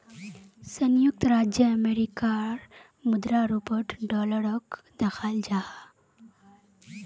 संयुक्त राज्य अमेरिकार मुद्रा रूपोत डॉलरोक दखाल जाहा